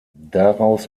daraus